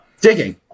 Digging